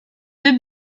deux